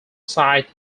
site